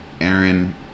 Aaron